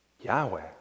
Yahweh